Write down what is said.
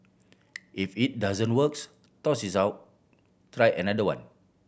if it doesn't works toss it out try another one